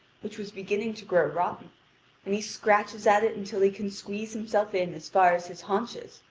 which was beginning to grow rotten and he scratches at it until he can squeeze himself in as far as his haunches,